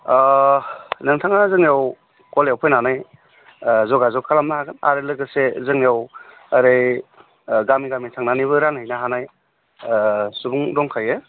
आह नोंथाङा जोंनियाव गलायाव फैनानै ओह जगा जग खालामनो हागोन आरो लोगोसे जोंनिआव ओरै ओह गामि गामि थांनानैबो रानहैनो हानाय ओह सुबुं दंखायो